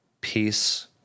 Peace